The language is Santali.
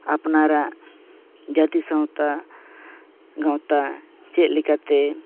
ᱟᱯᱱᱟᱨᱟᱜ ᱡᱟᱹᱛᱤ ᱥᱟᱶᱛᱟ ᱜᱟᱶᱛᱟ ᱪᱮᱫ ᱞᱮᱠᱟᱛᱮ